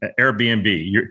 Airbnb